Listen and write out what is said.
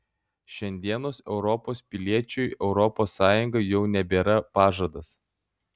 šiandienos europos piliečiui europos sąjunga jau nebėra pažadas